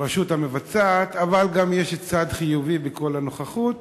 לרשות המבצעת, אבל גם יש צד חיובי בכל הנוכחות,